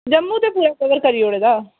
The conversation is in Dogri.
जम्मू ते पूरा कवर करी ओड़े दा